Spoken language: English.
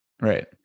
Right